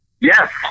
yes